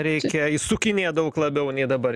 reikia išsukinėt daug labiau nei dabar